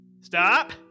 Stop